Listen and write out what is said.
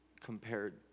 compared